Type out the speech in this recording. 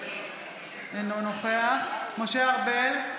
אינו נוכח משה ארבל,